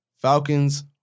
Falcons